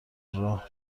راه